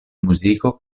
muziko